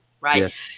Right